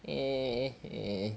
eh eh